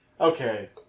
Okay